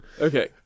okay